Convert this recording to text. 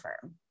firm